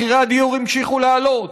מחירי הדיור המשיכו לעלות,